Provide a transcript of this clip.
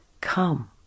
Come